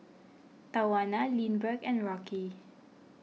Tawana Lindbergh and Rocky